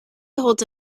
holds